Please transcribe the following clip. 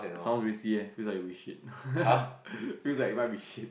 sounds risky eh feel like it will be shit feels like it might be shit